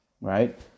right